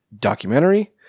documentary